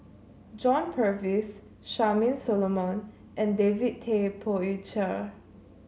John Purvis Charmaine Solomon and David Tay Poey Cher